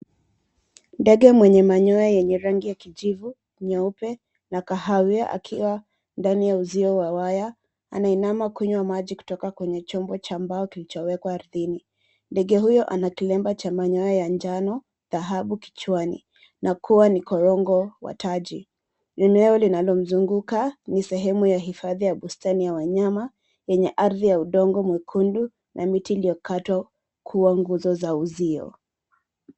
Ndege mwenye manyoya yenye rangi ya kijivu, nyeupe na kahawia akiwa ndani ya uzio wa waya. Anainama kunywa maji kutoka kwenye chombo cha mbao kilichowekwa ardhini. Ndege huyo ana kilemba cha manyoya ya njano dhahabu kichwani na kuwa ni korongo wa taji. Eneo linalomzunguka ni sehemu ya hifadhi ya bustani ya wanyama yenye ardhi ya udongo mwekundu na miti iliyokatwa kuwa nguzo za uzio.